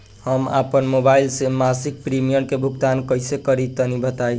हम आपन मोबाइल से मासिक प्रीमियम के भुगतान कइसे करि तनि बताई?